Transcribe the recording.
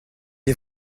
est